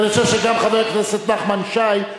כי אני חושב שגם חבר הכנסת נחמן שי,